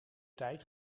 tijd